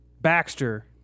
Baxter